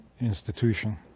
institution